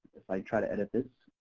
if i try to edit this,